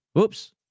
Oops